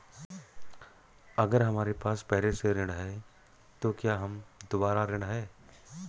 अगर हमारे पास पहले से ऋण है तो क्या हम दोबारा ऋण हैं?